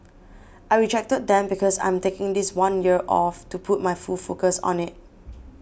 I rejected them because I'm taking this one year off to put my full focus on it